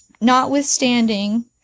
notwithstanding